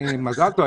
מזל טוב.